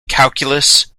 calculus